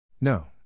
No